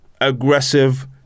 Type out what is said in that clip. aggressive